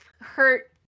hurt